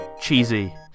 cheesy